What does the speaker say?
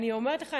אני אומרת לך,